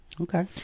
Okay